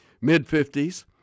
mid-50s